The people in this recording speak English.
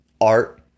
art